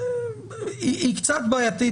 היא קצת בעייתית.